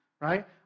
right